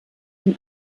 dem